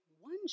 one